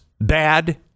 bad